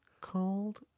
called